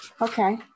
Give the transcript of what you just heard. Okay